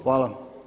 Hvala.